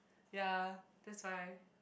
ya that's why